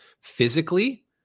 physically